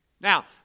Now